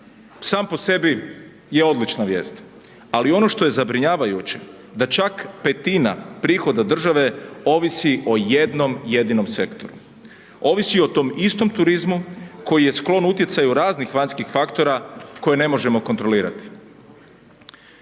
sam po sebi je odlična vijest ali ono što je zabrinjavajuće, da čak 1/5 prihoda države, ovisi o jednom jedinom sektoru. Ovisi o tom istom turizmu koji je sklon utjecaju raznih vanjskih faktora koje ne možemo kontrolirati.